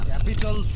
Capital